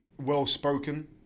well-spoken